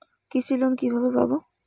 কৃষি লোন কিভাবে পাব?